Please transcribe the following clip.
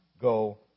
go